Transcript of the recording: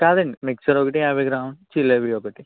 కాదండి మిక్చర్ ఒకటి యాభై గ్రాములు జిలేబి ఒకటి